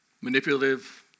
manipulative